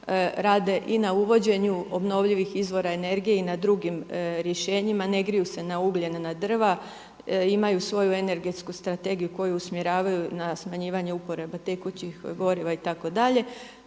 rade i na uvođenju obnovljivih izvora energije i na drugim rješenjima, ne griju se na ugljen, na drva. Imaju svoju Energetsku strategiju koju usmjeravaju na smanjivanje uporabe tekućih goriva itd.